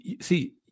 See